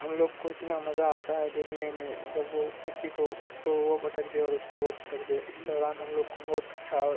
ہم لوگ کو اتنا مزہ آتا ہے دیکھنے میں جب وہ کسی کو اس کو وہ پٹک دے اور اس کو وہ پٹک دے اس دوران ہم لوگ کو بہت اچھا اور